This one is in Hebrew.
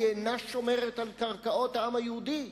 היא אינה שומרת על קרקעות העם היהודי?